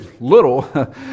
little